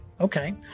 Okay